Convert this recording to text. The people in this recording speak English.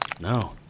No